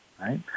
right